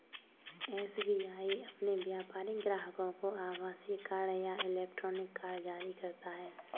SBI अपने व्यापारिक ग्राहकों को आभासीय कार्ड या इलेक्ट्रॉनिक कार्ड जारी करता है